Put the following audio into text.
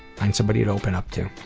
find somebody to open up to.